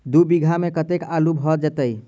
दु बीघा मे कतेक आलु भऽ जेतय?